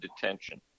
detention